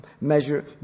measure